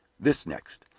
this, next.